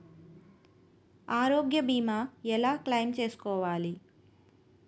ఆరోగ్య భీమా ఎలా క్లైమ్ చేసుకోవాలి?